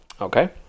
okay